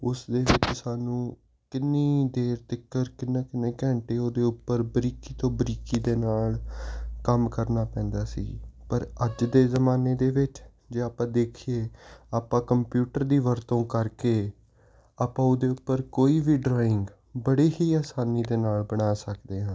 ਉਸ ਦੇ ਵਿੱਚ ਸਾਨੂੰ ਕਿੰਨੀ ਦੇਰ ਤੀਕਰ ਕਿੰਨੇ ਕਿੰਨੇ ਘੰਟੇ ਉਹਦੇ ਉੱਪਰ ਬਰੀਕੀ ਤੋਂ ਬਰੀਕੀ ਦੇ ਨਾਲ ਕੰਮ ਕਰਨਾ ਪੈਂਦਾ ਸੀ ਪਰ ਅੱਜ ਦੇ ਜ਼ਮਾਨੇ ਦੇ ਵਿੱਚ ਜੇ ਆਪਾਂ ਦੇਖੀਏ ਆਪਾਂ ਕੰਪਿਊਟਰ ਦੀ ਵਰਤੋਂ ਕਰਕੇ ਆਪਾਂ ਉਹਦੇ ਉੱਪਰ ਕੋਈ ਵੀ ਡਰਾਇੰਗ ਬੜੇ ਹੀ ਆਸਾਨੀ ਦੇ ਨਾਲ ਬਣਾ ਸਕਦੇ ਹਾਂ